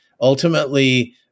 Ultimately